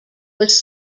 was